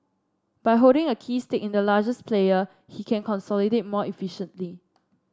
by holding a key stake in the largest player he can consolidate more efficiently